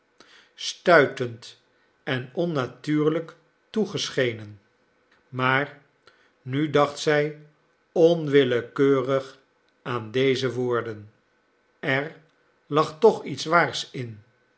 stuitend en onnatuurlijk toegeschenen maar nu dacht zij onwillekeurig aan deze woorden er lag toch iets waars in